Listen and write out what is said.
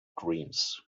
dreams